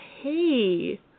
hey